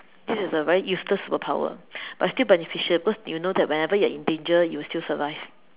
this is a very useless superpower but still beneficial because you know that whenever you are in danger you will still survive